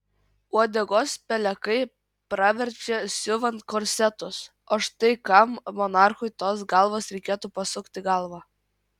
uodegos pelekai praverčia siuvant korsetus o štai kam monarchui tos galvos reikėtų pasukti galvą